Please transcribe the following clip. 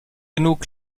genug